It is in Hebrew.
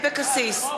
אבקסיס,